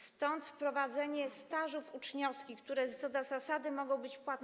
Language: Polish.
Stąd wprowadzenie staży uczniowskich, które co do zasady mogą być płatne.